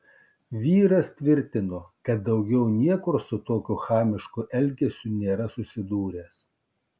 vyras tvirtino kad daugiau niekur su tokiu chamišku elgesiu nėra susidūręs